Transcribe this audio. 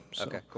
okay